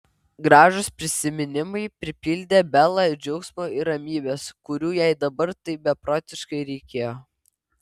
gražūs prisiminimai pripildė belą džiaugsmo ir ramybės kurių jai dabar taip beprotiškai reikėjo